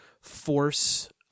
force